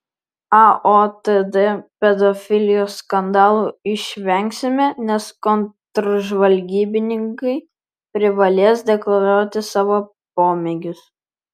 aotd pedofilijos skandalų išvengsime nes kontržvalgybininkai privalės deklaruoti savo pomėgius